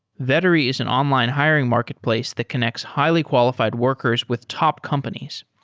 vettery is an online hiring marketplace that connects highly qualified workers with top companies.